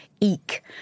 Eek